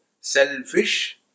selfish